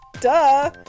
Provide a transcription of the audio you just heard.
Duh